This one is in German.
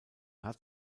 hat